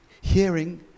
hearing